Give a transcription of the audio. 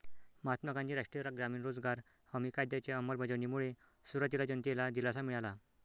महात्मा गांधी राष्ट्रीय ग्रामीण रोजगार हमी कायद्याच्या अंमलबजावणीमुळे सुरुवातीला जनतेला दिलासा मिळाला